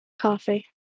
Coffee